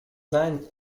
nein